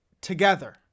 together